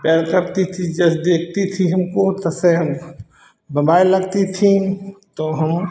प्यार करती थी जब देखती थी हमको तसेहन ब्म्बाय लगती थी तो हम